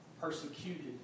persecuted